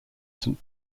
saint